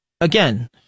again